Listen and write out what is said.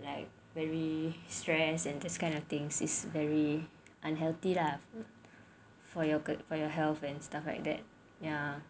like very stress and this kind of things is very unhealthy lah for your good for your health and stuff like that